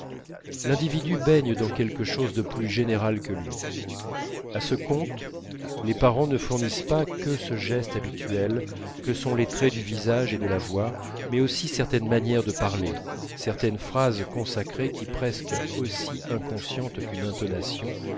l'individu baigne dans quelque chose de plus général que lui à ce compte les parents ne fournissent pas que ce geste habituel que sont les traits du visage et de la voix mais aussi certaines manières de parler certaines phrases consacrées qui presque aussi inconscientes qu'une intonation